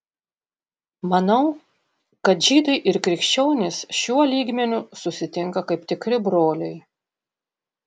manau kad žydai ir krikščionys šiuo lygmeniu susitinka kaip tikri broliai